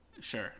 Sure